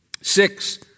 six